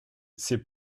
c’est